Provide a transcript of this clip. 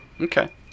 Okay